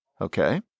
okay